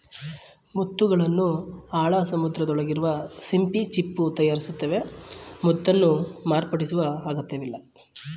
ಮುತ್ತುಗಳನ್ನು ಆಳ ಸಮುದ್ರದೊಳಗಿರುವ ಸಿಂಪಿ ಚಿಪ್ಪು ತಯಾರಿಸ್ತವೆ ಮುತ್ತನ್ನು ಮಾರ್ಪಡಿಸುವ ಅಗತ್ಯವಿಲ್ಲ